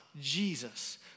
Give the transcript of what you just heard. Jesus